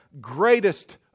greatest